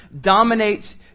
dominates